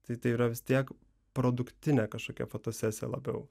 tai tai yra vis tiek produktinė kažkokia fotosesija labiau